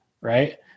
Right